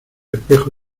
espejo